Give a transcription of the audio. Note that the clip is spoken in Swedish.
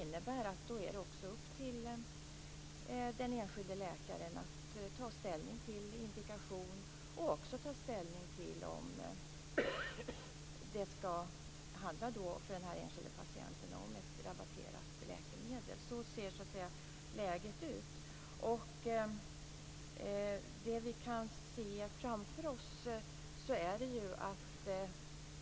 Då är det också upp till den enskilde läkaren att ta ställning till indikation och att ta ställning till om det för den enskilde patienten skall vara ett rabatterat läkemedel. Så ser läget ut.